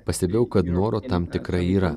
pastebėjau kad noro tam tikrai yra